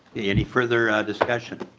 yeah any further discussion.